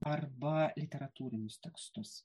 arba literatūrinius tekstus